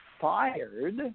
fired